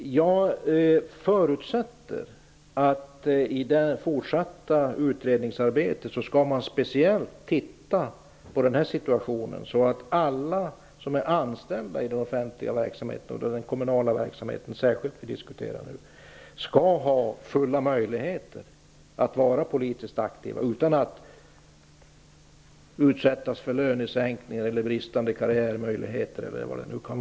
Jag förutsätter att man i det fortsatta utredningsarbetet speciellt ser över den här situationen, så att alla som är anställda i offentlig och kommunal verksamhet får fulla möjligheter att vara politiskt aktiva utan att de utsätts för lönesänkning eller bristande karriärmöjligheter etc.